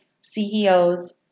CEOs